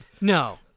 No